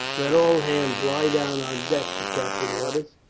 let all hands lie down on deck, the captain ordered.